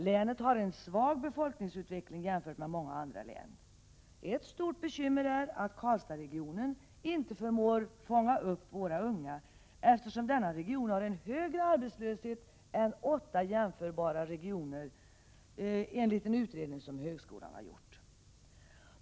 Länet har en svag befolkningsutveckling jämfört med många andra län. Ett stort bekymmer är att Karlstadsregionen inte förmår fånga upp våra unga, eftersom denna region enligt en utredning som högskolan har gjort har en högre arbetslöshet än åtta jämförbara regioner.